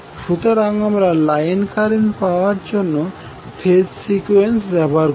সুতরাং আমরা line current পাওয়ার জন্য ফেজ সিকোয়েন্স ব্যবহার করি